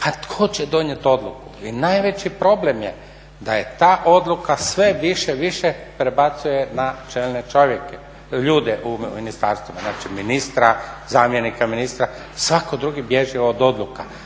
pa tko će donijeti odluku? I najveći problem je da ta odluka sve više i više prebacuje se na čelne ljude u ministarstvu, znači ministra, zamjenika ministra. Svatko drugi bježi od odluka,